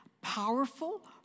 powerful